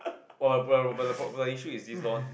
but but but the problem the issue is this lor